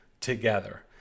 together